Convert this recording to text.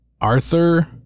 Arthur